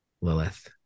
Lilith